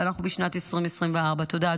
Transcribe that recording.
ואנחנו בשנת 2024. תודה,